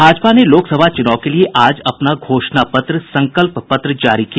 भाजपा ने लोकसभा चुनाव के लिए आज अपना घोषणा पत्र संकल्प पत्र जारी किया